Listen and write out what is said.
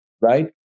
right